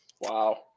wow